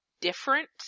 different